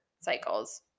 cycles